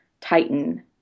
titan